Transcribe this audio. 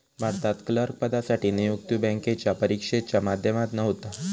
भारतात क्लर्क पदासाठी नियुक्ती बॅन्केच्या परिक्षेच्या माध्यमातना होता